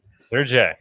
sergey